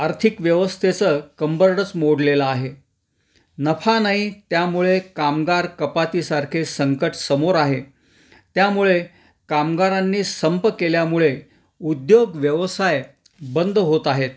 आर्थिक व्यवस्थेचं कंबरडच मोडलेलं आहे नफा नाही त्यामुळे कामगार कपातीसारखे संकट समोर आहे त्यामुळे कामगारांनी संप केल्यामुळे उद्योग व्यवसाय बंद होत आहेत